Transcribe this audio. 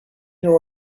your